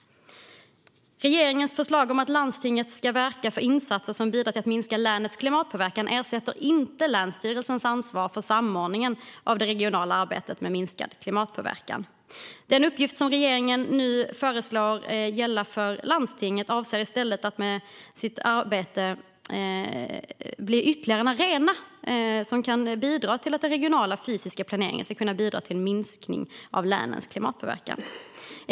Regeringens förslag om att landstinget ska verka för insatser som bidrar till att minska länets klimatpåverkan ersätter inte länsstyrelsens ansvar för samordningen av det regionala arbetet för minskad klimatpåverkan. Avsikten med den uppgift som regeringen nu föreslår ska gälla för landstinget är i stället att detta ska bli ytterligare en arena där den regionala fysiska planeringen kan bidra till en minskning av länets klimatpåverkan.